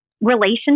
relation